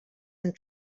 and